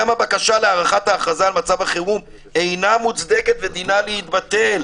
גם הבקשה להארכת ההכרזה על מצב החירום אינה מוצדקת ודינה להתבטל.